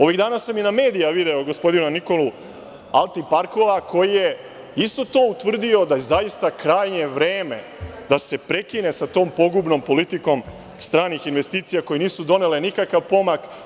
Ovih dana sam i na medijima video gospodina Nikolu Altiparmakova koji je isto to utvrdio da je zaista krajnje vreme da se prekine sa tom pogubnom politikom stranih investicija koje nisu donele nikakav pomak.